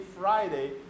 Friday